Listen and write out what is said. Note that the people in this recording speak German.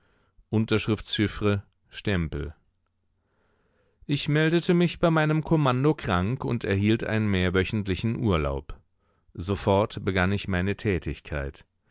unterschrifts chiffre stempel ich meldete mich bei meinem kommando krank und erhielt einen mehrwöchentlichen urlaub sofort begann ich meine tätigkeit